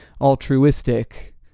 altruistic